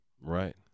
Right